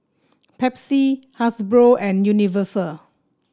Pepsi Hasbro and Universal